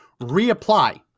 reapply